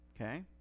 Okay